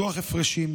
דוח הפרשים,